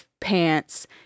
pants